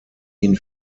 ihn